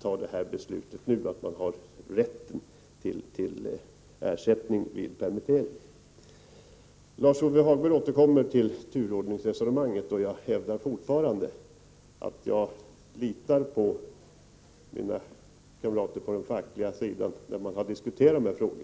fattar beslutet om rätten till ersättning vid permittering. Lars-Ove Hagberg återkommer till turordningsresonemanget. Jag hävdar fortfarande att jag litar på mina kamrater på den fackliga sidan, där man har diskuterat de här frågorna.